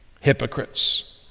hypocrites